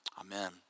amen